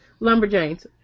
Lumberjanes